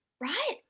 Right